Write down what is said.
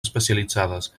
especialitzades